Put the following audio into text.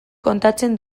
kontatzen